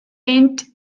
mynd